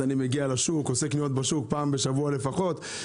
אז אני עושה קניות בשוק פעם בשבוע לפחות,